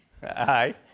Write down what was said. Hi